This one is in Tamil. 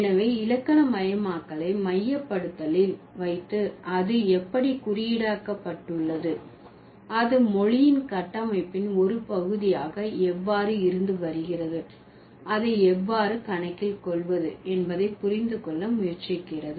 எனவே இலக்கணமயமாக்கலை மையப்படுத்தலில் வைத்து அது எப்படி குறியீடாக்கப்பட்டுள்ளது அது மொழியின் கட்டமைப்பின் ஒரு பகுதியாக எவ்வாறு இருந்து வருகிறது அதை எவ்வாறு கணக்கில் கொள்வது என்பதை புரிந்து கொள்ள முயற்சிக்கிறது